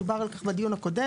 דובר על כך בדיון הקודם,